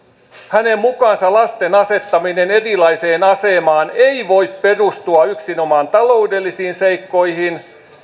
hänen mukaansa lasten asettaminen erilaiseen asemaan ei voi perustua yksinomaan taloudellisiin seikkoihin